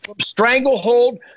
Stranglehold